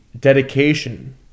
dedication